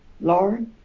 Lord